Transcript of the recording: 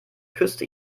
küsste